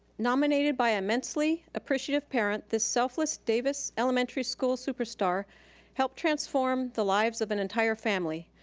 nominated by immensely appreciative parent, this selfless davis elementary school super star helped transform the lives of an entire family.